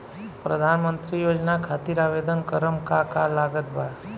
प्रधानमंत्री योजना खातिर आवेदन करम का का लागत बा?